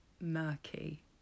murky